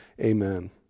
amen